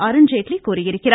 அருண்ஜேட்லி கூறியிருக்கிறார்